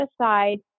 aside